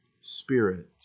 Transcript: spirit